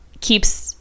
keeps